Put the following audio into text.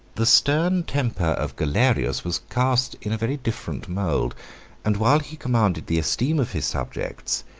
the stern temper of galerius was cast in a very different mould and while he commanded the esteem of his subjects,